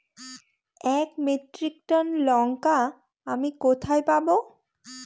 এক metric ton লঙ্কা আমি কোথায় পাবো?